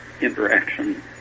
interaction